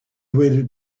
waited